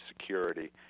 security